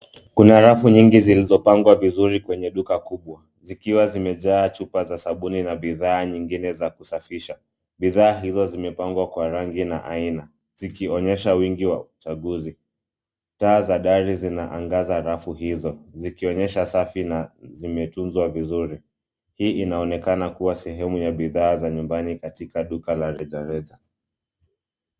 Kuna rafu nyingi zilizopangwa vizuri kwenye duka kubwa, zikiwa zimejaa chupa za sabuni na bidhaa nyingine za kusafisha. Bidhaa hizo zimepangwa kwa rangi na aina zikionyesha wingi wa uchaguzi. Taa za dari zinaangaza rafu hizo, zikionyesha safi na zimetunzwa vizuri. Hii inaonekana kuwa sehemu ya bidhaa za nyumbani katika duka la rejareja.